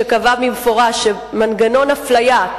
שקבע במפורש שמנגנון אפליה,